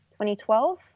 2012